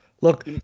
Look